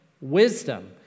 wisdom